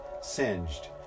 singed